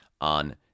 on